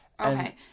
Okay